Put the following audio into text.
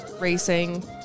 racing